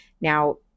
Now